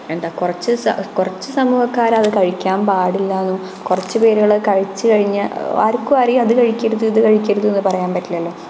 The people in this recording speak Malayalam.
എന്താ കുറച്ച് സ് കുറച്ച് സമൂഹക്കാരത് കഴിക്കാൻ പാടില്ലയെന്നും കുറച്ചു പേരുകൾ അതു കഴിച്ചു കഴിഞ്ഞാൽ ആർക്കും അറിയുക അത് കഴിക്കരുത് ഇത് കഴിക്കരുതെന്നു പറയാൻ പറ്റില്ലല്ലോ